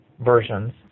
versions